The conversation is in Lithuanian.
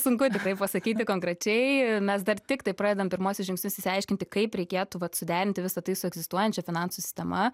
sunku tikrai pasakyti konkrečiai mes dar tiktai pradedam pirmuosius žingsnis išsiaiškinti kaip reikėtų vat suderinti visa tai su egzistuojančia finansų sistema